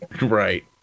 Right